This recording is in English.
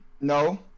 no